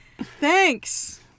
Thanks